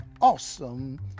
awesome